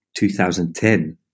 2010